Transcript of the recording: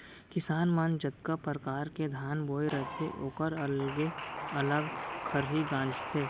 किसान मन जतका परकार के धान बोए रथें ओकर अलगे अलग खरही गॉंजथें